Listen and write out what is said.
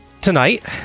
Tonight